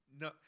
No